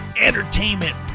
entertainment